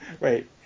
Wait